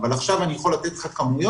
אבל עכשיו אני יכול לתת לך כמויות.